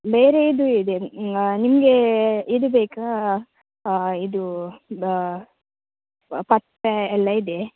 ಬೇರೆ ಇದು ಇದೆ ನಿಮಗೆ ಇದು ಬೇಕಾ ಇದು ಪತ್ತೆ ಎಲ್ಲ ಇದೆ